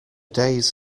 days